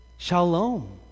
Shalom